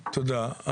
תודה.